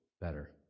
better